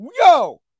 yo